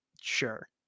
sure